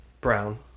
Brown